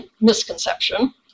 misconception